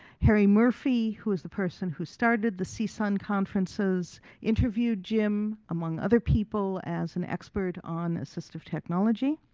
harry murphy who is the person who started the csun conferences interviewed jim among other people as an expert on assistive technology.